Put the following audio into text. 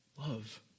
love